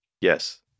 yes